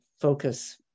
focus